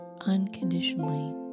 unconditionally